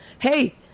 hey